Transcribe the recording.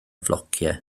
flociau